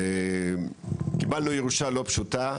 קיבלנו ירושה לא פשוטה,